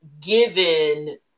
given